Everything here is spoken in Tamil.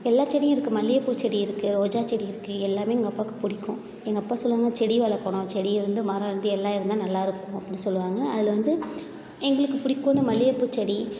எல்லாச் செடியும் இருக்குது மல்லிகைப்பூச் செடி இருக்குது ரோஜாச் செடி இருக்குது எல்லாமே எங்கள் அப்பாவுக்குப் பிடிக்கும் எங்கள் அப்பா சொல்வாங்க செடி வளர்க்கணும் செடி இருந்து மரம் இருந்து எல்லாம் இருந்தால் நல்லாயிருக்கும் அப்டின்னு சொல்வாங்க அதில் வந்து எங்களுக்கு பிடிக்கும்னு மல்லிகைப்பூ செடி